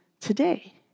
today